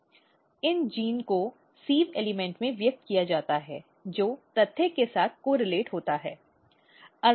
इन जीनों को sieve element में व्यक्त किया जाता है जो तथ्य के साथ सहसंबद्ध होता है